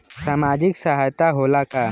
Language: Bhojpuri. सामाजिक सहायता होला का?